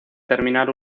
terminar